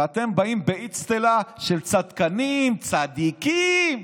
ואתם באים באצטלה של צדקנים, צדיקים.